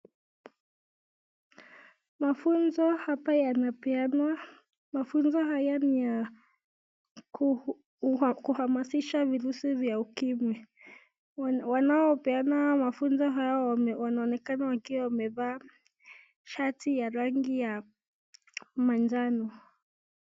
Mafunzo hapa yanapeanwa, mafunzo haya ni ya kuhamasisha virusi vya ukimwi, wanaopeana mafunzo haya wanaonekana wakiwa wamevaa shati ya rangi ya manjano.